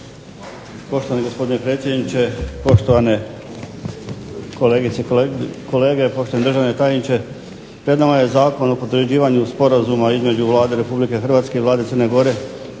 Hrvatske i Vlade Crne Gore